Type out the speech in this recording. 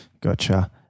Gotcha